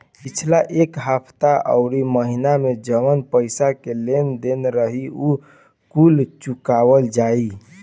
पिछला एक हफ्ता अउरी महीना में जवन पईसा के लेन देन रही उ कुल चुकावल जाई